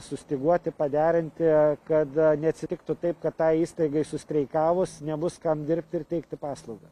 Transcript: sustyguoti paderinti kad neatsitiktų taip kad tai įstaigai sustreikavus nebus kam dirbti ir teikti paslaugą